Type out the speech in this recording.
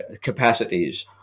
capacities